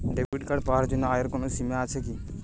Debit card পাওয়ার জন্য আয়ের কোনো সীমা আছে কি?